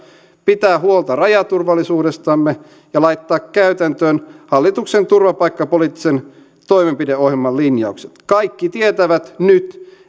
pitää huolta rajaturvallisuudestamme ja laittaa käytäntöön hallituksen turvapaikkapoliittisen toimenpideohjelman linjaukset kaikki tietävät nyt